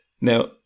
Now